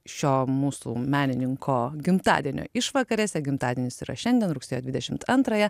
šio mūsų menininko gimtadienio išvakarėse gimtadienis yra šiandien rugsėjo dvidešimt antrąją